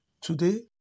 today